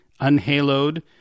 unhaloed